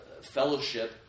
fellowship